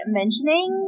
mentioning